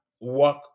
work